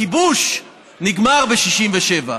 הכיבוש נגמר ב-1967.